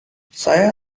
saya